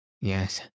Yes